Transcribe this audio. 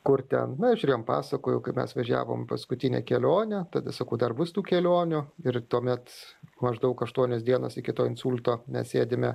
kur ten na ir aš jam pasakoju kaip mes važiavom paskutinę kelionę tada sakau dar bus tų kelionių ir tuomet maždaug aštuonios dienos iki to insulto mes sėdime